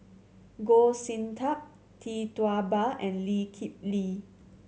Goh Sin Tub Tee Tua Ba and Lee Kip Lee